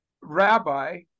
Rabbi